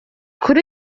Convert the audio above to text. kuri